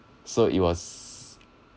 so it was